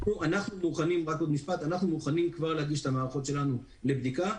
אנחנו מוכנים כבר להגיש את המערכות שלנו לבדיקה,